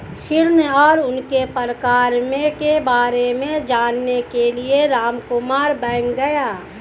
ऋण और उनके प्रकार के बारे में जानने के लिए रामकुमार बैंक गया